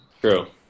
True